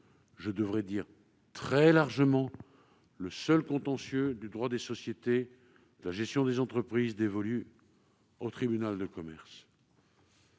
largement, voire très largement le seul contentieux du droit des sociétés et de la gestion des entreprises dévolu au tribunal de commerce.